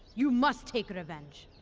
you must take revenge!